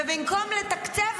ובמקום לתקצב,